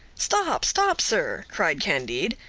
stop! stop! sir, cried candide.